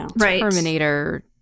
Terminator